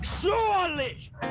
Surely